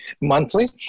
monthly